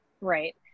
Right